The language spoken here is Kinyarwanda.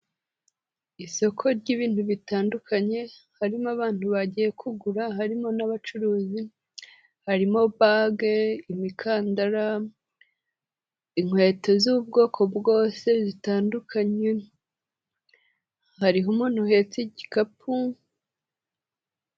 Isoko ry'ibintu bitandukanye, harimo abantu bagiye kugura, harimo n'abacuruzi, harimo bage, imikandara, inkweto z'ubwoko bwose zitandukanye, hariho umuntu uhetse igikapu.